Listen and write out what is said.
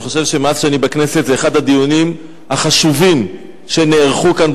אני חושב שמאז שאני בכנסת זה אחד הדיונים החשובים שנערכו כאן,